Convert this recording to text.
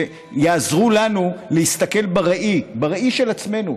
שיעזרו לנו להסתכל בראי של עצמנו,